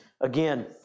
Again